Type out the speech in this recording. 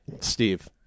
Steve